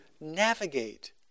navigate